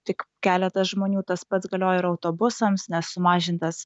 tik keletas žmonių tas pats galioja ir autobusams nes sumažintas